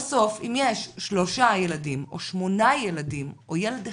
בסוף, אם יש 3 ילדים או 8 ילדים או ילד אחד,